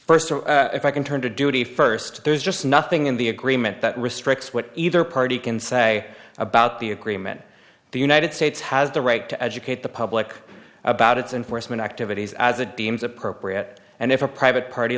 first if i can turn to duty first there's just nothing in the agreement that restricts what either party can say about the agreement the united states has the right to educate the public about its enforcement activities as a deems appropriate and if a private party